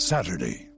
Saturday